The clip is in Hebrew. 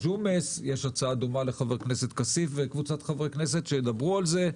יש הצעה דומה לחבר הכנסת כסיף וקבוצת חברי הכנסת שידברו עליה.